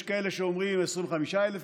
יש כאלה שאומרים שזה 25,000,